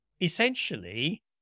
Essentially